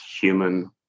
human